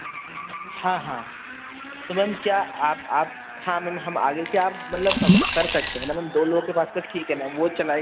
हाँ हाँ तो मैम क्या आप आप हाँ मैम हम आगे क्या मतलब कर सकते हैं ना मैम दो लोगों के पास तो ठीक है ना वह चलाएगा ही नहीं बाइक